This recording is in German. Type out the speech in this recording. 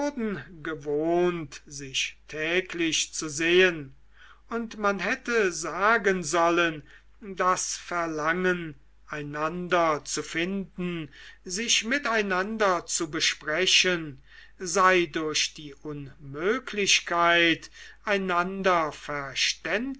gewohnt sich täglich zu sehen und man hätte sagen sollen das verlangen einander zu finden sich miteinander zu besprechen sei durch die unmöglichkeit einander